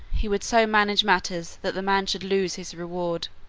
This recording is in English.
he would so manage matters that the man should lose his reward.